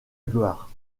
gloire